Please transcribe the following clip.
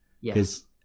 Yes